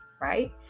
right